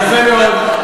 יפה מאוד.